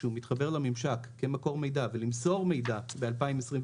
כשהוא מתחבר לממשק כמקור מידע ולמסור מידע ב-2024,